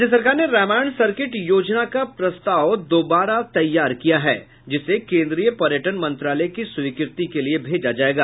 राज्य सरकार ने रामायण सर्किट योजना का प्रस्ताव दोबारा तैयार किया है जिसे केन्द्रीय पर्यटन मंत्रालय को स्वीकृति के लिए भेजा जायेगा